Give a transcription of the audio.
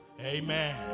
Amen